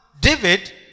David